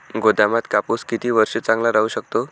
गोदामात कापूस किती वर्ष चांगला राहू शकतो?